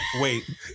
Wait